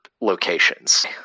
locations